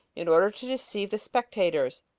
in order to deceive the spectators,